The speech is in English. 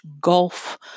gulf